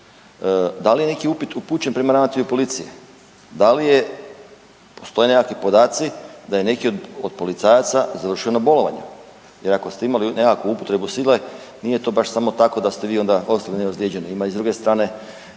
Da li je neki upit upućen prema ravnatelju policije? Da li je postoje nekakvi podaci da je neki od policajaca završio na bolovanju? Jer ako ste imali nekakvu potrebu sile nije to baš samo tako da ste vi onda ostali neozlijeđeni. Ima i s druge strane